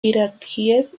iraquíes